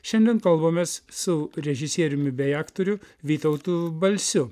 šiandien kalbamės su režisieriumi bei aktoriu vytautu balsiu